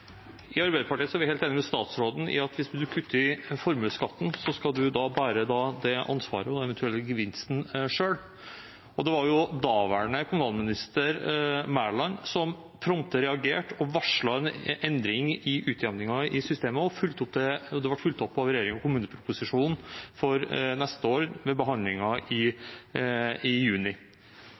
er vi helt enig med statsråden i at hvis man vil kutte i formuesskatten, skal man bære ansvaret og den eventuelle gevinsten selv. Det var daværende kommunalminister Mæland som prompte reagerte og varslet endring i utjevningen i systemet, og det ble fulgt opp av regjeringen i kommuneproposisjonen for neste år, ved behandlingen i juni. Vi mener at kutter man i